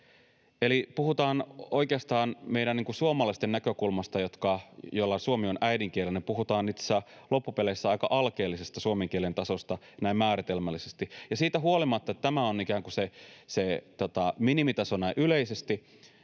Eli oikeastaan meidän suomalaisten näkökulmasta, joilla suomi on äidinkielenä, puhutaan itse asiassa loppupeleissä aika alkeellisesta suomen kielen tasosta näin määritelmällisesti. Ja siitä huolimatta, vaikka tämä on ikään kuin se minimitaso näin yleisesti,